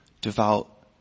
devout